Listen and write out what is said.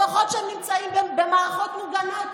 לפחות כשהם נמצאים במערכות מוגנות,